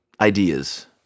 ideas